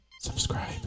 Subscribe